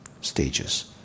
stages